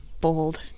Bold